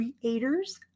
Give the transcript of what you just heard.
creators